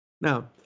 Now